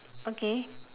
okay